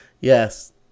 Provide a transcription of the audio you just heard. Yes